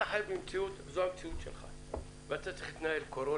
אתה צריך להתנהל יעיל